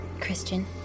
Christian